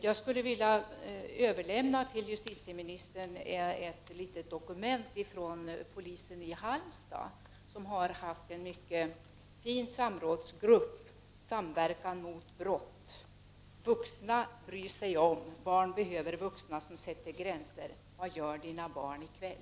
Jag skulle till justitieministern vilja överlämna ett litet dokument från polisen i Halmstad, som haft en mycket fin samrådsgrupp, Samverkan mot brott: ”Vuxna bryr sig om. Barn behöver vuxna som sätter gränser. Vad gör dina barn i kväll?”